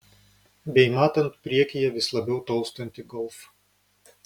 bei matant priekyje vis labiau tolstantį golf